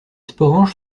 sporanges